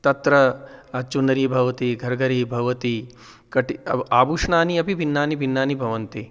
तत्र चुनरी भवति घर्घरी भवति कटि आभूषणानि अपि भिन्नानि भिन्नानि भवन्ति